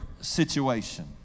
situation